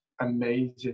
amazing